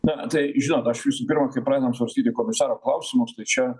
na tai žinot aš visų pirma kai pradedam svarstyti komisaro klausimus tai čia